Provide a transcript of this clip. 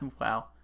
Wow